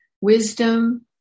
wisdom